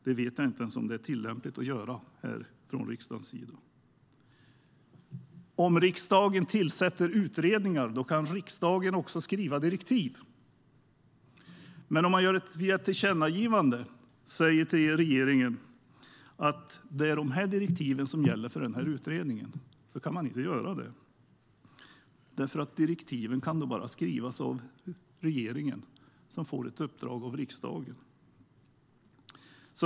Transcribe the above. Jag vet inte ens om det är tillämpligt att riksdagen gör det. Om riksdagen tillsätter utredningar kan riksdagen också skriva direktiv. Men om man via ett tillkännagivande säger till regeringen att de här direktiven gäller för den här utredningen kan man inte göra det. Direktiven kan bara skrivas av regeringen, som får ett uppdrag av riksdagen.